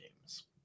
games